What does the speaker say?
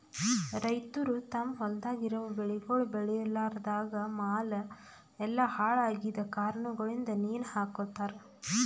ರೈತುರ್ ತಮ್ ಹೊಲ್ದಾಗ್ ಇರವು ಬೆಳಿಗೊಳ್ ಬೇಳಿಲಾರ್ದಾಗ್ ಮಾಲ್ ಎಲ್ಲಾ ಹಾಳ ಆಗಿದ್ ಕಾರಣಗೊಳಿಂದ್ ನೇಣ ಹಕೋತಾರ್